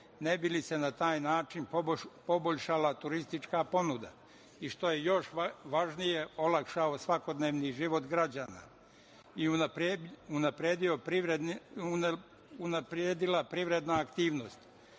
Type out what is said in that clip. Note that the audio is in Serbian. ne bi li se na taj način poboljšala turistička ponuda i što je još važnije – olakšao svakodnevni život građana i unapredila privredna aktivnost. Moje